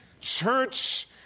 church